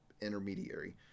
intermediary